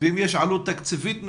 אם יש עלות תקציבית מסוימת,